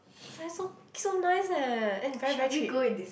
it's like so so nice eh and very very cheap